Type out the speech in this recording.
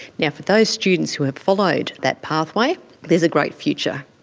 yeah for those students who have followed that pathway there's a great future.